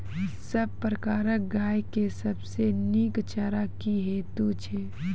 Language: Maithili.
सब प्रकारक गाय के सबसे नीक चारा की हेतु छै?